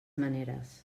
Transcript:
maneres